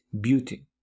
beauty